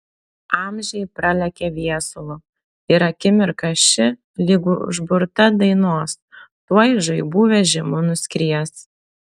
amžiai pralekia viesulu ir akimirka ši lyg užburta dainos tuoj žaibų vežimu nuskries